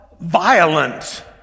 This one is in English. violent